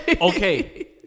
Okay